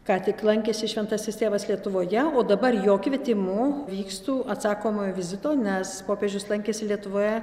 ką tik lankėsi šventasis tėvas lietuvoje o dabar jo kvietimu vykstu atsakomojo vizito nes popiežius lankėsi lietuvoje